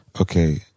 okay